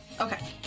Okay